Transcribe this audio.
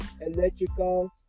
electrical